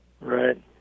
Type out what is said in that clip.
right